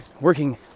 working